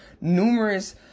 numerous